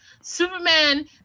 superman